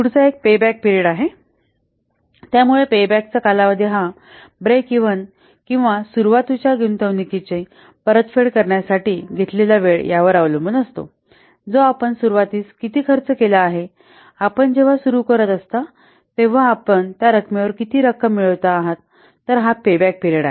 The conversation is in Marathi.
पुढचा एक पेबॅक पीरियड आहे त्यामुळे पेबॅक चा कालावधी हा ब्रेक इव्हन किंवा सुरुवातीच्या गुंतवणूकीची परतफेड करण्यासाठी घेतलेला वेळ यावर अवलंबून असतो जो आपण सुरुवातीस किती खर्च केला आहे आपण जेव्हा सुरू करत असता तेव्हा आपण त्या रकमेवर किती रक्कम मिळवत आहात तर हा पेबॅक पीरियड आहे